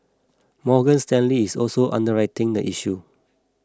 Morgan Stanley is also underwriting the issue